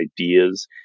ideas